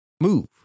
move